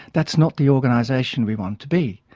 that's not the organisation we want to be.